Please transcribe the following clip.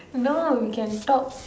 no we can talk